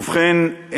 ובכן,